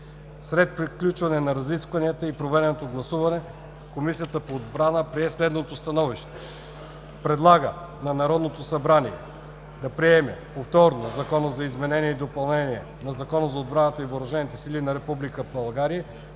След приключване на разискванията и проведено гласуване Комисията по отбрана прие следното становище: Предлага на Народното събрание да приеме повторно Закона за изменение и допълнение на Закона за отбраната и въоръжените сили на Република